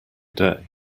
day